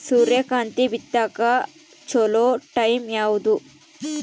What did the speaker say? ಸೂರ್ಯಕಾಂತಿ ಬಿತ್ತಕ ಚೋಲೊ ಟೈಂ ಯಾವುದು?